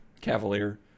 Cavalier